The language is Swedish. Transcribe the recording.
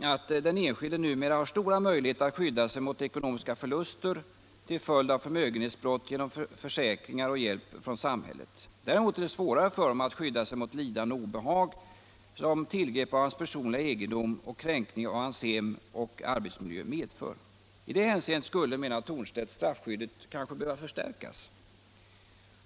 att den enskilde numera har stora möjligheter att skydda sig mot ekonomiska förluster till följd av förmögenhetsbrott genom försäkringar och hjälp från samhället. Däremot är det svårare för honom att skydda sig mot lidanden och obehag som tillgrepp av hans personliga egendom och kränkning av hemoch arbetsmiljö medför. I det hänseendet skulle, menar Thornstedt, straffskyddet kanske behöva förstärkas.